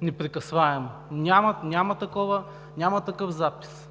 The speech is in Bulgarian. непрекъсваемо. Няма такъв запис.